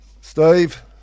Steve